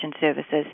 services